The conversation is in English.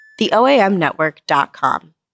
TheOAMNetwork.com